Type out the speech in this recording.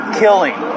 killing